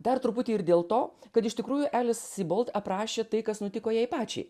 dar truputį ir dėl to kad iš tikrųjų elis sybolt aprašė tai kas nutiko jai pačiai